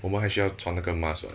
我们还需要穿那个 mask [what]